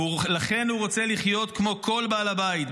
ולכן הוא רוצה לחיות כמו כל בעל בית,